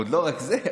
ולא רק זה,